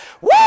Woo